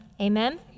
Amen